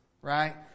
right